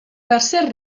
tercer